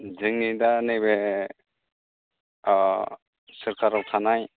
जोंनि दा नैबे सोरकाराव थानाय